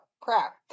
crap